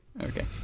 Okay